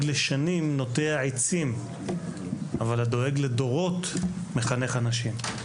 לשנים נוטע עצים; אבל הדואג לדורות מחנך אנשים.